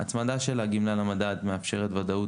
ההצמדה של הגמלה למדד מאפשרת וודאות